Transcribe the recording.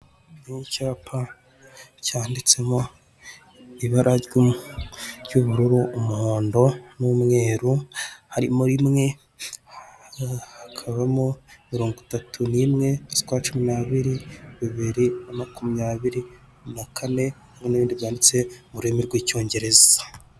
Icyapa gishyirwa ku muhanda kiburira abawugendamo ko aho bagiye kugera hari umuhanda unyurwamo ubazengurutse.